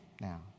now